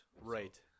right